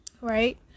right